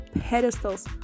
pedestals